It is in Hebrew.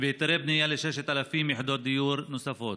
והיתרי בנייה ל-6,000 יחידות דיור נוספות.